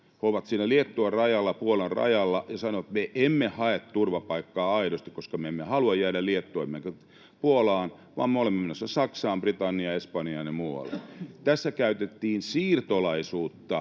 siellä Liettuan rajalla ja Puolan rajalla ja sanoivat, että me emme hae turvapaikkaa, aidosti, koska me emme halua jäädä Liettuaan emmekä Puolaan, vaan me olemme menossa Saksaan, Britanniaan, Espanjaan ja muualle. Tässä käytettiin siirtolaisuutta